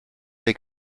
they